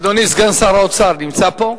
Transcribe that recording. אדוני סגן שר האוצר נמצא פה?